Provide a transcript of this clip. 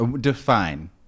Define